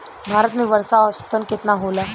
भारत में वर्षा औसतन केतना होला?